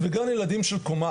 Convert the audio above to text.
צ'ק.